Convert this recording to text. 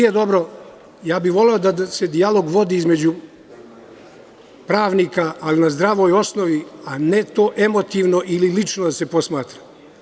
Voleo bih da se dijalog vodi između pravnika, ali na zdravoj osnovi, a ne emotivno ili lično da se posmatra.